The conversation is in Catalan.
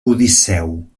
odisseu